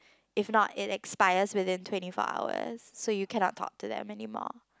if not it expires within twenty four hours so you cannot talk to them anymore